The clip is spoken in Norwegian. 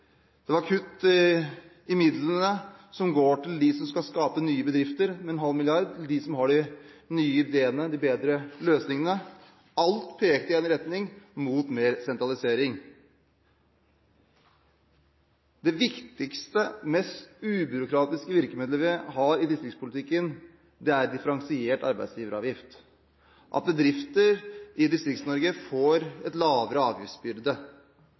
det var kutt i midlene som går til dem som skal skape nye bedrifter – med en halv milliard kroner – de som har de nye ideene, de bedre løsningene. Alt pekte i en retning mot mer sentralisering. Det viktigste, mest ubyråkratiske virkemidlet vi har i distriktspolitikken, er differensiert arbeidsgiveravgift, at bedrifter i Distrikts-Norge får en lavere avgiftsbyrde.